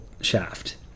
shaft